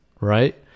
right